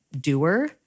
doer